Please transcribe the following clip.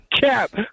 Cap